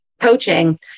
coaching